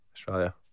Australia